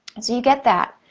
so, you get that.